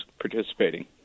participating